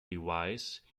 device